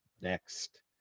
Next